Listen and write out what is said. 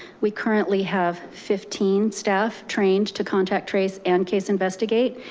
we currently have fifteen staff trained to contact trace and case investigate.